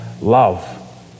love